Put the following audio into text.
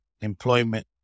employment